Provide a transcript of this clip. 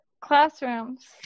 classrooms